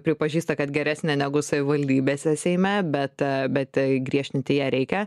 pripažįsta kad geresnė negu savivaldybėse seime bet bet tai griežtinti ją reikia